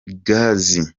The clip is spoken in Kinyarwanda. gazi